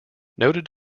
noted